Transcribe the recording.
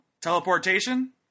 teleportation